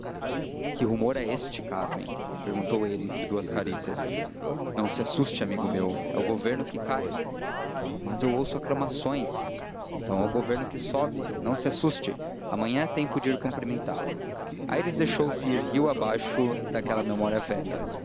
que rumor é este cármen perguntou ele entre duas carícias não se assuste amigo meu é o governo que cai mas eu ouço aclamações então é o governo que sobe não se assuste amanhã é tempo de ir cumprimentá-lo aires deixou-se ir rio abaixo daquela memória velha